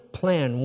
plan